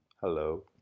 hello